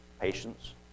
patience